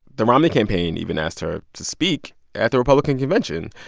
the romney campaign even asked her to speak at the republican convention.